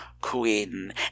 Queen